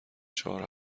چهار